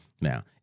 now